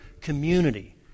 community